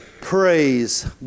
Praise